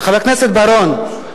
חבר הכנסת בר-און,